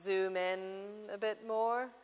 zoom in a bit more